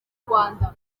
rwanda